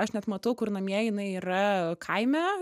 aš net matau kur namie jinai yra kaime